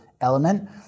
element